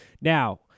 Now